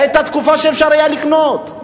היתה תקופה שאפשר היה לקנות.